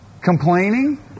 Complaining